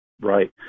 Right